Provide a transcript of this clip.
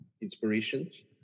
inspirations